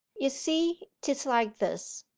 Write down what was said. ye see tis like this.